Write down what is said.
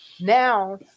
now